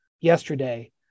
yesterday